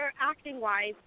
acting-wise